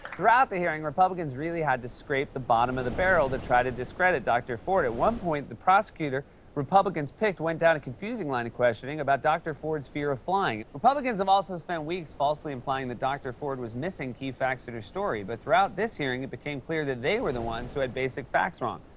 throughout the hearing, republicans really had to scrape the bottom of the barrel to try to discredit dr. ford. at one point, the prosecutor republicans picked went down a confusing line of questioning about dr. ford's fear of flying, republicans have also spent weeks falsely implying that dr. ford was missing key facts in her story. but throughout this hearing, it became clear that they were the ones who had basic facts wrong,